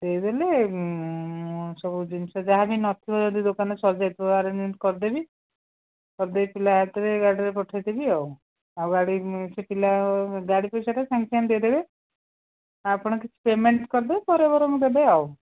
ଦେଇଦେଲେ ସବୁ ଜିନଷ ଯାହାବି ନଥିବ ଯଦି ଦୋକାନରେ ସରିଯାଇଥିବ ଆରେଞ୍ଜମେଣ୍ଟ କରିଦେବି କରିଦେଇ ପିଲା ହାତରେ ଗାଡ଼ିରେ ପଠେଇ ଦେବି ଆଉ ଆଉ ଗାଡ଼ି ସେ ପିଲା ଗାଡ଼ି ପଇସାଟା ସାଙ୍ଗେସାଙ୍ଗେ ଦେଇଦେବେ ଆପଣ କିଛି ପେମେଣ୍ଟ କରିଦେବେ ପରେ ବରଂ ଦେବେ ଆଉ